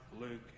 Luke